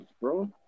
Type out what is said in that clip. bro